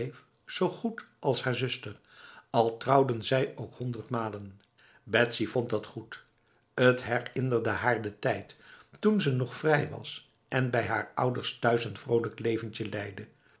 zo goed als haar zuster al trouwden zij ook honderdmalen betsy vond dat goed t herinnerde haar de tijd toen ze nog vrij was en bij haar ouders thuis n vrolijk leventje leidde